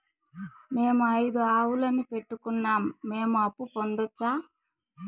మేము ఐదు ఆవులని పెట్టుకున్నాం, మేము అప్పు పొందొచ్చా